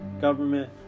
government